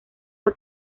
fue